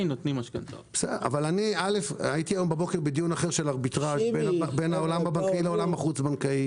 הייתי הבוקר בדיון אחר של ארביטרז' בין העולם הבנקאי לעולם החוץ-בנקאי.